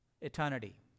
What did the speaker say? eternity